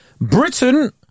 Britain